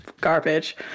garbage